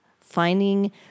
finding